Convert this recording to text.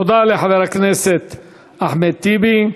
תודה לחבר הכנסת אחמד טיבי.